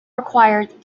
required